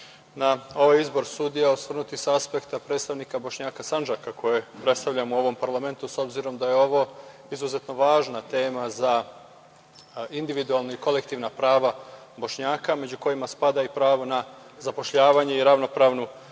na ovaj izbor sudija osvrnuti sa aspekta predstavnika Bošnjaka Sandžaka, koje predstavljam u ovom parlamentu, s obzirom da je ovo izuzetno važna tema za individualna i kolektivna prava Bošnjaka, među kojima spada i pravo na zapošljavanje i ravnopravnu